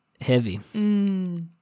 heavy